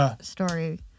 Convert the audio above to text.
story